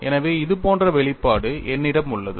எனவே இது போன்ற வெளிப்பாடு என்னிடம் உள்ளது